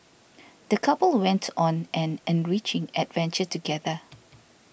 the couple went on an enriching adventure together